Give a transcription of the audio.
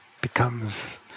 becomes